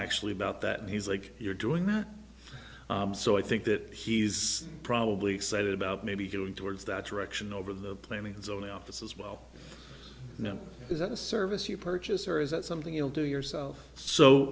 actually about that he's like you're doing that so i think that he's probably excited about maybe going towards that direction over the planning and zoning office as well is that a service you purchase or is that something you'll do yourself so